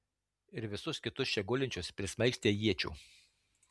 ir visus kitus čia gulinčius prismaigstė iečių